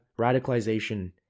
radicalization